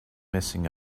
messing